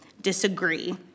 disagree